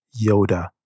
Yoda